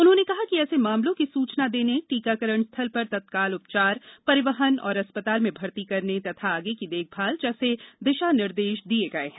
उन्होंने कहा कि ऐसे मामलों की सूचना देने टीकाकरण स्थल पर तत्काल उपचार परिवहन और अस्पताल में भर्ती करने तथा आगे की देखभाल जैसे दिशा निर्देश दिये गये हैं